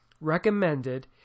recommended